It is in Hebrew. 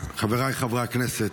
חבריי חברי הכנסת,